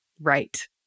Right